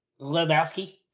Lebowski